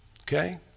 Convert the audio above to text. Okay